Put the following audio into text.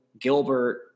Gilbert